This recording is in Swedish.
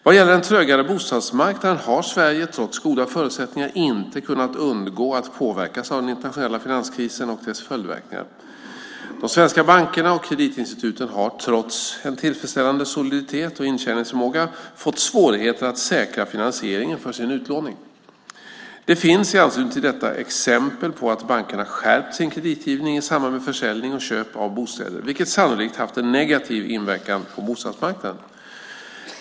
Vad gäller den trögare bostadsmarknaden har Sverige, trots goda förutsättningar, inte kunnat undgå att påverkas av den internationella finanskrisen och dess följdverkningar. De svenska bankerna och kreditinstituten har, trots en tillfredsställande soliditet och intjäningsförmåga, fått svårigheter att säkra finansieringen för sin utlåning. Det finns i anslutning till detta exempel på att bankerna skärpt sin kreditgivning i samband med försäljning och köp av bostäder, vilket sannolikt haft en negativ inverkan på bostadsmarknaden.